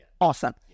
Awesome